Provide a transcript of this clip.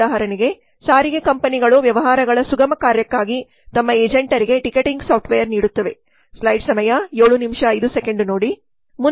ಉದಾಹರಣೆಗೆ ಸಾರಿಗೆ ಕಂಪನಿಗಳು ವ್ಯವಹಾರಗಳ ಸುಗಮ ಕಾರ್ಯಕ್ಕಾಗಿ ತಮ್ಮ ಏಜೆಂಟರಿಗೆ ಟಿಕೆಟಿಂಗ್ ಸಾಫ್ಟ್ವೇರ್ ನೀಡುತ್ತವೆ